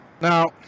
Now